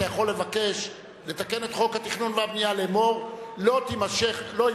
אתה יכול לבקש לתקן את חוק התכנון והבנייה לאמור: לא יימשך